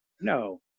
No